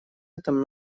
этом